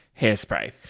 Hairspray